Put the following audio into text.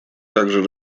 также